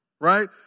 right